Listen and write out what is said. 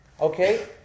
Okay